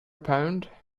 pound